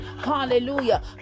Hallelujah